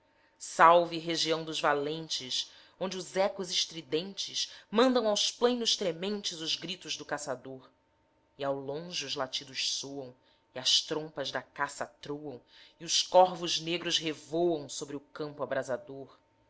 salve região dos valentes onde os ecos estridentes mandam aos plainos trementes os gritos do caçador e ao longe os latidos soam e as trompas da caça atroam e os corvos negros revoam sobre o campo abrasador